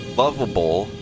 lovable